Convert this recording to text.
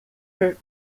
her